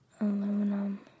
Aluminum